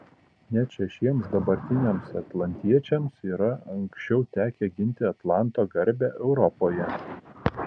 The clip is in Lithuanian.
net šešiems dabartiniams atlantiečiams yra anksčiau tekę ginti atlanto garbę europoje